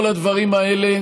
כל הדברים האלה